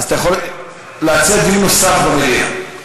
אתה יכול להציע דיון נוסף במליאה.